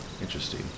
Interesting